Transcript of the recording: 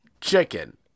chicken